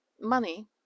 money